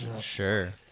Sure